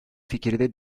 fikirde